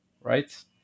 right